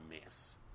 mess